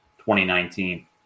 2019